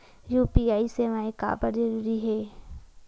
UPI सेवाएं काबर जरूरी हे?